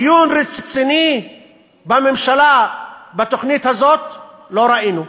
דיון רציני בממשלה על התוכנית הזאת, לא ראינו,